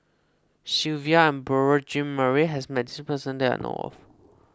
Silvia Yong and Beurel Jean Marie has met this person that I know of